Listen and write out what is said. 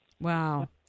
Wow